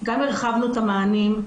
גם הרחבנו את המענים,